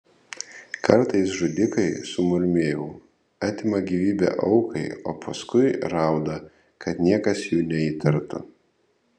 kartais žudikai sumurmėjau atima gyvybę aukai o paskui rauda kad niekas jų neįtartų